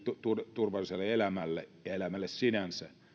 turvalliseen elämään ja elämään sinänsä